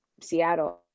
Seattle